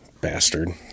bastard